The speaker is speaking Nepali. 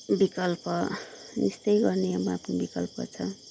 बिकल्प यस्तै गर्ने अब आफ्नो बिकल्प छ